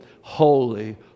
holy